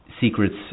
secrets